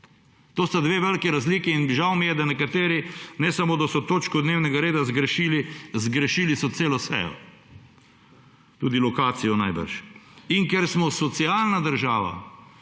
To sta dve veliki razliki in žal mi je, da nekateri ne samo, da so točko dnevnega reda zgrešili, zgrešili so celo sejo, tudi lokacijo najbrž. Ker smo socialna država,